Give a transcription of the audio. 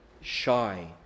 shy